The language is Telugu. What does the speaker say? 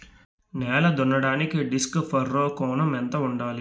నేల దున్నడానికి డిస్క్ ఫర్రో కోణం ఎంత ఉండాలి?